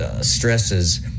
stresses